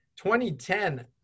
2010